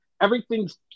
Everything's